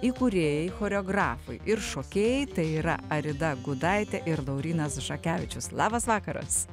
įkūrėjai choreografai ir šokėjai tai yra arida gudaitė ir laurynas žakevičius labas vakaras